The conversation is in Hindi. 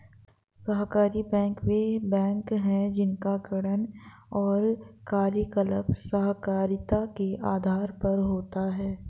सहकारी बैंक वे बैंक हैं जिनका गठन और कार्यकलाप सहकारिता के आधार पर होता है